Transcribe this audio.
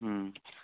ఆ